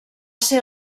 ser